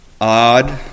odd